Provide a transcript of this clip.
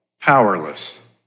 powerless